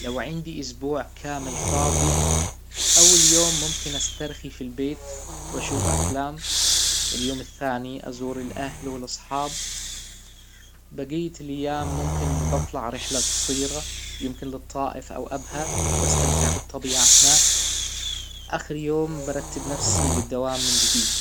لو عندي اسبوع كامل فاضي اول اليوم ممكن استرخي في البيت واشوف افلام اليوم الثاني ازور الاهل والاصحاب بجية الايام ممكن بطلع رحلة جصيرة يمكن للطائف او ابها واستمتع بالطبيعة هناك آخريوم برتب نفسي للدوام من جديد